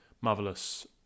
marvelous